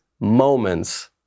moment's